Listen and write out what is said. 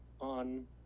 on